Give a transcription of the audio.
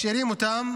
משאירים אותם